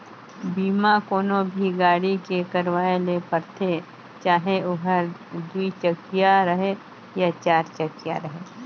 बीमा कोनो भी गाड़ी के करवाये ले परथे चाहे ओहर दुई चकिया रहें या चार चकिया रहें